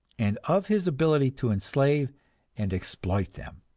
and of his ability to enslave and exploit them.